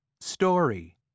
Story